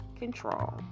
control